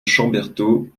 chamberthaud